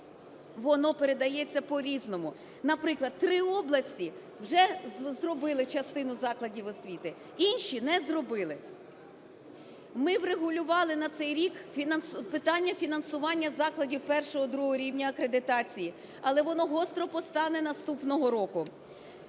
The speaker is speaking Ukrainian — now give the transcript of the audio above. Воно передається по-різному. Наприклад, три області вже зробили частину закладів освіти, інші не зробили. Ми врегулювали на цей рік питання фінансування закладів І-ІІ рівня акредитації, але воно гостро постане наступного року.